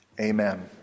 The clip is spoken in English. amen